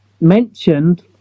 mentioned